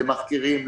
למחכירים,